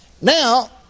Now